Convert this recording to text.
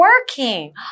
working